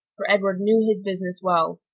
for edward knew his business well,